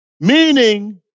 Meaning